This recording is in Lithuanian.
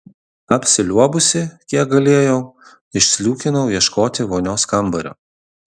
apsiliuobusi kiek galėjau išsliūkinau ieškoti vonios kambario